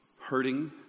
hurting